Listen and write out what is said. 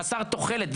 חסר תוחלת,